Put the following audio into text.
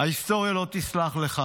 ההיסטוריה לא תסלח לך.